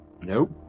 Nope